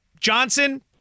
Johnson